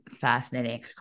fascinating